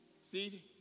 See